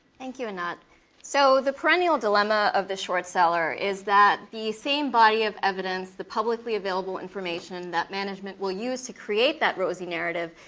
thank you, anat. so the perennial dilemma of the short seller is that the same body of evidence. the publicly available information that management will use to create that rosy narrative,